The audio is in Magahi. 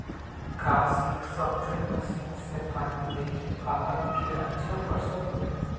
का सिर्फ सप्रे मशीन से पानी देके पालक के अच्छा फसल होई?